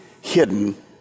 hidden